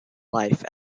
life